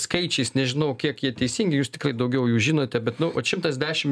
skaičiais nežinau kiek jie teisingi jūs tikrai daugiau jų žinote bet nu vat šimtas dešim